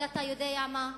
אבל אתה יודע מה,